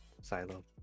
silo